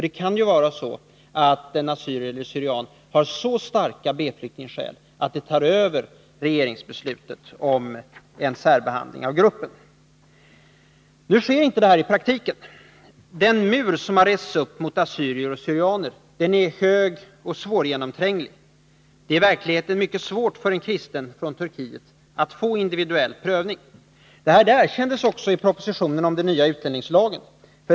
Det kan ju vara så att en assyrier eller syrian har så starka B-flyktingskäl att det tar över regeringsbeslutet om särbehandling av gruppen. Detta sker nu inte i praktiken. Den mur som har rests upp mot assyrier/syrianer är hög och svårgenomtränglig. Det är i verkligheten mycket svårt för en kristen från Turkiet att få individuell prövning. Detta erkändes också i propositionen om den nya utlänningslagen.